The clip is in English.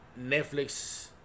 Netflix